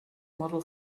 model